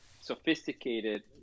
sophisticated